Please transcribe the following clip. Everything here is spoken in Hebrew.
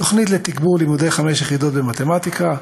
תוכנית לתגבור לימודי חמש יחידות במתמטיקה,